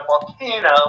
volcano